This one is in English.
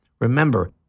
Remember